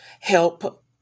help